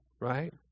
right